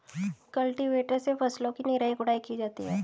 cultivator से फसलों की निराई गुड़ाई की जाती है